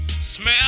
Smell